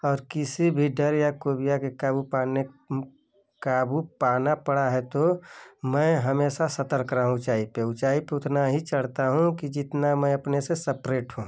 और किसी भी डर या कोई भी आ कर काबू पाने काबू पाना पड़ा है तो मैं हमेशा सतर्क रहा हूँ ऊँचाई पर ऊँचाई पर उतना ही चढ़ता हूँ कि जितना मैं अपने से सेपरेट हूँ